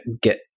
get